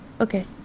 okay